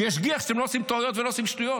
שישגיח שאתם לא עושים טעויות ולא עושים שטויות,